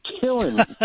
killing